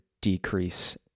decrease